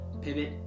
pivot